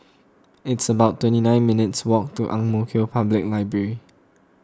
it's about twenty nine minutes' walk to Ang Mo Kio Public Library